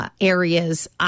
Areas